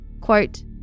Quote